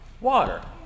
Water